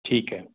ਠੀਕ ਹੈ